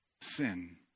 sin